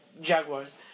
Jaguars